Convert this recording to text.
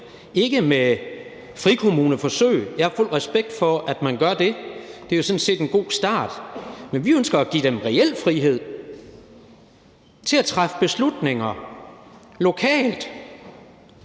ikke med frikommuneforsøg. Jeg har fuld respekt for, at man gør det, for det er jo sådan set en god start, men vi ønsker at give dem reel frihed til at træffe beslutninger lokalt.